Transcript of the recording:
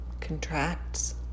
contracts